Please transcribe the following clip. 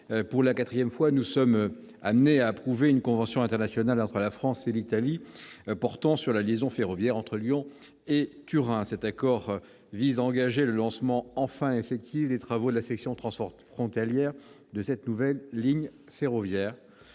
pour la quatrième fois, nous sommes amenés à approuver une convention internationale entre la France et l'Italie portant sur la liaison ferroviaire entre Lyon et Turin. Cet accord vise à engager le lancement enfin effectif des travaux de la section transfrontalière de cette nouvelle ligne ferroviaire.